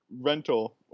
rental